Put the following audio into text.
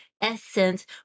essence